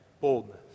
boldness